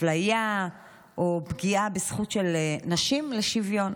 אפליה או פגיעה בזכות של נשים לשוויון.